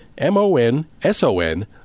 M-O-N-S-O-N